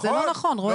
זה לא נכון, רועי.